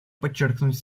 подчеркнуть